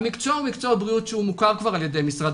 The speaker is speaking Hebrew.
המקצוע הוא מקצוע בריאות שמוכר כבר על-ידי משרד